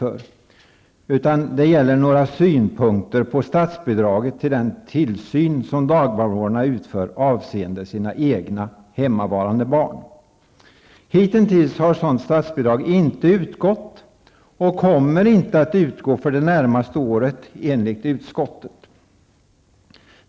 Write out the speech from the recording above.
Det var i stället några synpunkter på statsbidraget till den tillsyn som dagbarnvårdarna utför avseende sina egna hemmavarande barn. Sådant statsbidrag har hitintills inte utgått. Det kommer inte att utgå för det närmaste året heller enligt utskottet.